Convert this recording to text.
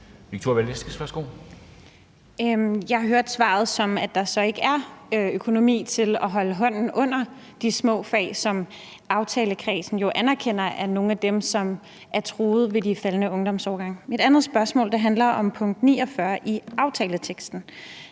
Jeg hørte svaret, som at der så ikke er økonomi til at holde hånden under de små fag, som aftalekredsen jo anerkender er nogle af dem, som er truet af de faldende ungdomsårgange. Mit andet spørgsmål handler om punkt 49 i aftaleteksten.